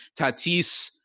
Tatis